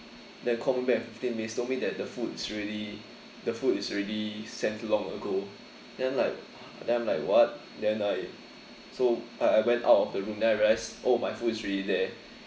then call me back in fifteen minutes told me that the food is already the food is already sent long ago then like then I'm like what then I so I went out of the room then I realize oh my food is really there